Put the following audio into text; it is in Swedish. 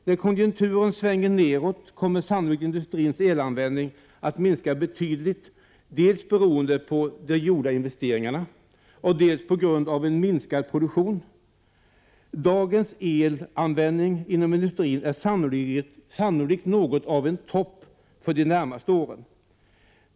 När konjunkturen svänger nedåt kommer sannolikt industrins elanvändning att minska betydligt, dels beroende på de gjorda investeringarna, dels på grund av en minskad produktion. Dagens elanvändning inom industrin är sannolikt något av en topp för de närmaste åren.